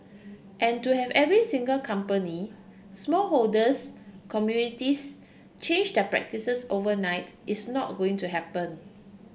and to have every single company small holders communities change their practices overnight is not going to happen